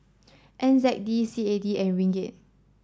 N Z D C A D and Ringgit